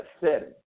setting